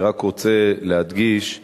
אני רק רוצה להדגיש שוב: